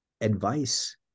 advice